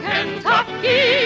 Kentucky